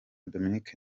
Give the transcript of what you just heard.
dominic